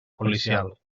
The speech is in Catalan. policial